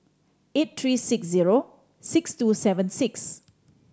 eight three six zero six two seven six